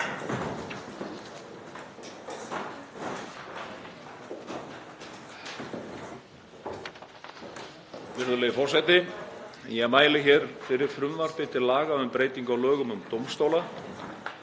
Virðulegi forseti. Ég mæli hér fyrir frumvarpi til laga um breytingu á lögum um dómstóla.